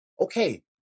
Okay